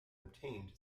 obtained